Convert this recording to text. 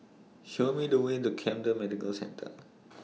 Show Me The Way to Camden Medical Centre